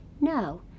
No